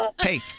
Hey